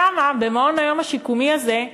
שם, במעון-היום השיקומי הזה,